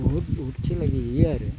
बुहुद बुहुद खेला गेलेयो आरो